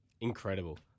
Incredible